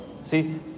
See